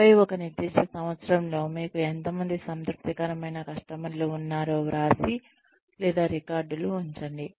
ఆపై ఒక నిర్దిష్ట సంవత్సరంలో మీకు ఎంత మంది సంతృప్తికరమైన కస్టమర్లు ఉన్నారో వ్రాసి లేదా రికార్డులు ఉంచండి